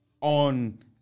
on